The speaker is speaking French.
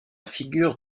figure